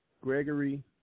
Gregory